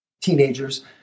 teenagers